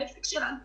העסק שלנו קורס.